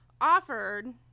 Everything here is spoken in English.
offered